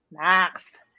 Max